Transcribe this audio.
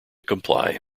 comply